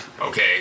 okay